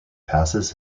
passes